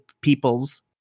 peoples